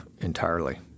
entirely